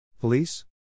Police